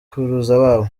babo